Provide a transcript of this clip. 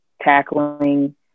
tackling